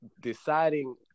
deciding